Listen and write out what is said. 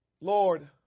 Lord